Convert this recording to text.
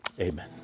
Amen